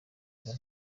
ngo